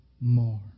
more